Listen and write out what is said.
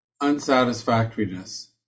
unsatisfactoriness